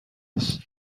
است